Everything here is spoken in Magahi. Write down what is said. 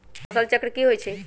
फसल चक्र की होइ छई?